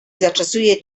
zaczesuje